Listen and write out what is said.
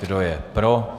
Kdo je pro?